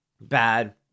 bad